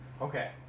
okay